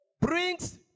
brings